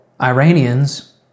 Iranians